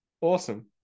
Awesome